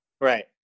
Right